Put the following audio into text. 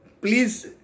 please